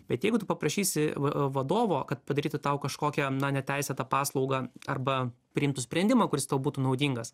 bet jeigu tu paprašysi va vadovo kad padarytų tau kažkokią neteisėtą paslaugą arba priimtų sprendimą kuris tau būtų naudingas